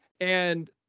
And-